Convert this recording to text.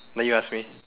now you ask me